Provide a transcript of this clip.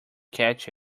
catch